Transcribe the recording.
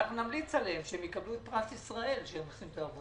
אנחנו נמליץ עליהם שהם יקבלו פרס ישראל שהם עושים את העבודה.